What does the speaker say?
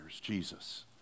Jesus